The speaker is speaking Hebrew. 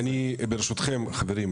ברשותכם חברים,